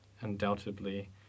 Undoubtedly